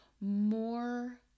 more